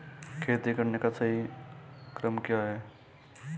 खेती करने का सही क्रम क्या है?